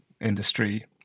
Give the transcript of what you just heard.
industry